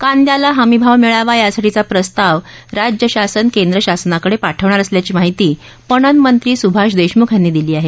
कांद्याला हमी भाव मिळावा यासाठीचा प्रस्ताव राज्य शासन केंद्र शासनाकडं पाठवणार असल्याची माहिती पणन मंत्री सुभाष देशमुख यांनी दिली आहे